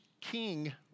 king